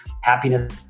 happiness